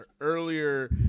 earlier